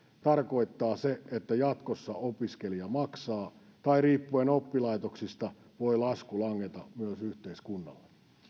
tarkoittaa se että jatkossa opiskelija maksaa tai riippuen oppilaitoksista voi lasku langeta myös yhteiskunnalle